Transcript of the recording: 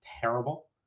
terrible